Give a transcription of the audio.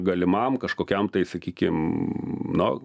galimam kažkokiam tai sakykim na